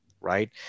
Right